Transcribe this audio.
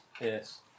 yes